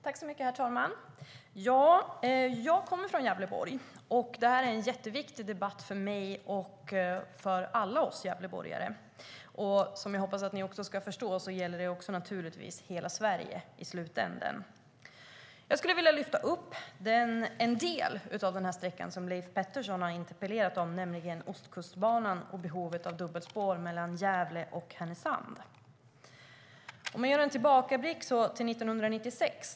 Herr talman! Jag kommer från Gävleborg, och det här är en viktig debatt för alla gävleborgare. I slutänden gäller det naturligtvis också hela Sverige. Jag skulle vilja lyfta fram en del av den sträcka Leif Pettersson har interpellerat om, nämligen Ostkustbanan och behovet av dubbelspår mellan Gävle och Härnösand. Låt mig göra en tillbakablick till 1996.